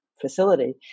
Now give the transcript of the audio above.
facility